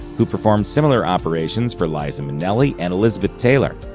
who performed similar operations for liza minnelli and elizabeth taylor.